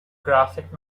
graphic